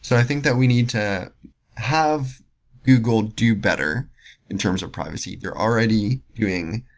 so i think that we need to have google do better in terms of privacy. they're already doing